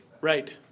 Right